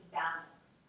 balanced